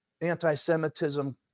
anti-Semitism